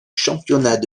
championnat